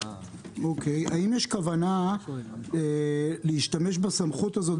האם יש כוונה להשתמש בסמכות הזו,